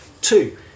two